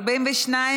סעיף 3 נתקבל.